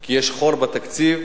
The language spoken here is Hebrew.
כי יש חור בתקציב,